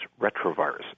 retroviruses